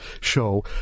show